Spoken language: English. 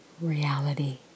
reality